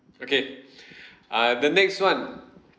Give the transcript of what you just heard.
okay uh the next one